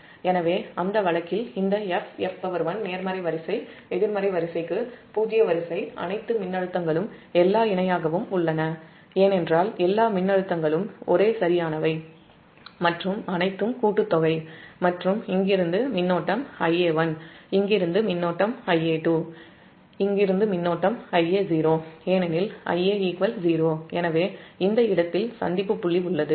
எனவே அந்த வழக்கில் இந்த F F1 நேர்மறை வரிசை எதிர்மறை வரிசைக்கு பூஜ்ஜிய வரிசை அனைத்து மின்னழுத்தங்களும் எல்லாம் இணையாகவும் உள்ளன ஏனென்றால் எல்லா மின்னழுத்தங்களும் ஒரே சரியானவை மற்றும் அனைத்தும் கூட்டுத்தொகை மற்றும் இங்கிருந்த மின்னோட்டம் Ia1 இங்கிருந்த மின்னோட்டம் Ia2 இங்கிருந்த மின்னோட்டம்Ia0 ஏனெனில் Ia 0 எனவே இந்த இடத்தில் சந்திப்பு புள்ளி உள்ளது